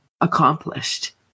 accomplished